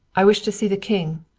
i wish to see the king,